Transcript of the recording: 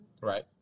Right